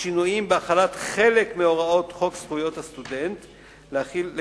שינויים בהחלת חלק מהוראות חוק זכויות הסטודנט לגביהם,